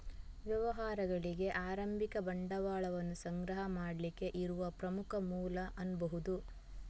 ವ್ಯವಹಾರಗಳಿಗೆ ಆರಂಭಿಕ ಬಂಡವಾಳವನ್ನ ಸಂಗ್ರಹ ಮಾಡ್ಲಿಕ್ಕೆ ಇರುವ ಪ್ರಮುಖ ಮೂಲ ಅನ್ಬಹುದು